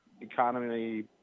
economy